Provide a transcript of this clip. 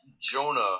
jonah